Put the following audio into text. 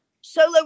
solo